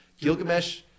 Gilgamesh